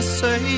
say